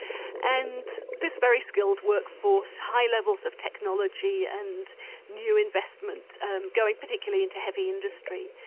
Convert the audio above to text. and this very skilled workforce, high levels of technology and new investment and going particularly into heavy industry.